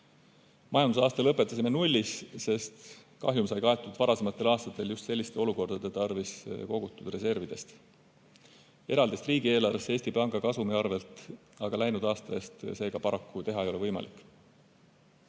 Majandusaasta lõpetasime nullis, sest kahju sai kaetud varasematel aastatel just selliste olukordade tarvis kogutud reservidest. Eraldist riigieelarvesse Eesti Panga kasumi arvelt aga läinud aasta eest paraku teha ei ole võimalik. Eesti